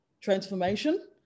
transformation